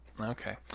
okay